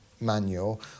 manual